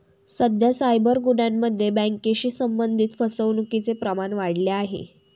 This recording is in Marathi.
सध्या सायबर गुन्ह्यांमध्ये बँकेशी संबंधित फसवणुकीचे प्रमाण वाढले आहे